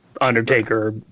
Undertaker